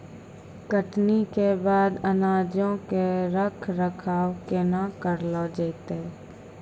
कटनी के बाद अनाजो के रख रखाव केना करलो जैतै?